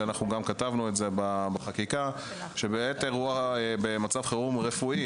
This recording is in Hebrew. ואנחנו גם כתבנו בחקיקה שבעת מצב חירום רפואי